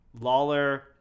Lawler